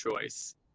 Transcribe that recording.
choice